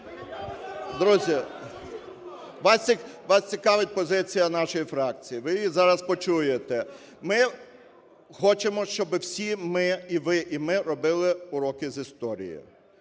Друзі! Вас всіх цікавить позиція нашої фракції, ви її зараз почуєте. Ми хочемо, щоб всі ми, і ви і ми робили уроки з історії.